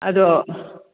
ꯑꯗꯣ